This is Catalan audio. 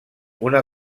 una